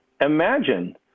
Imagine